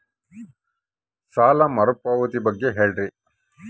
ಸಾಲ ಮರುಪಾವತಿ ಬಗ್ಗೆ ಹೇಳ್ರಿ?